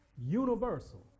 universal